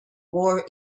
war